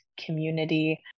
community